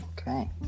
Okay